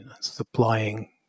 supplying